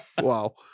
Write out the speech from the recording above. Wow